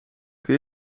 kan